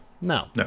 No